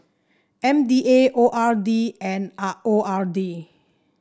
M D A O R D and R O R D